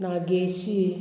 Nageshi